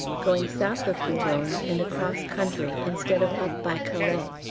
going south of boulogne and across country, instead of up by calais.